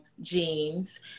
jeans